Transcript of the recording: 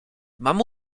mam